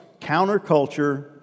counterculture